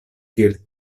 kiel